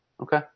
Okay